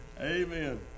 Amen